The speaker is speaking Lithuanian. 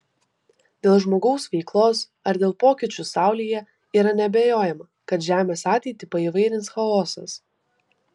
dėl žmogaus veiklos ar dėl pokyčių saulėje yra neabejojama kad žemės ateitį paįvairins chaosas